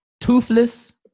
toothless